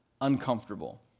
uncomfortable